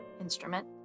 instrument